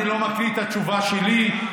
אני לא מקריא את התשובה שלי.